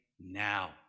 now